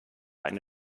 eine